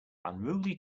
unruly